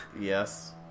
Yes